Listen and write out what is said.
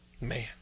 Man